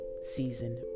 season